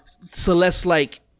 Celeste-like